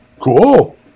cool